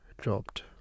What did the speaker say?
dropped